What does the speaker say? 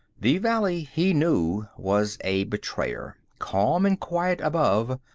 the valley, he knew, was a betrayer calm and quiet above,